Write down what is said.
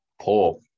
poor